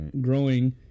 growing